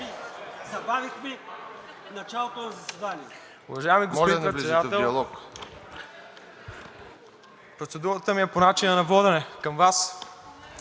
забавихме началото на заседанието.